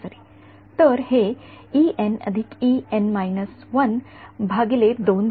तर हे झाले